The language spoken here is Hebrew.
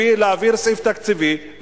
להעביר סעיף תקציבי,